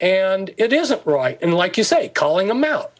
and it isn't right and like you say calling them out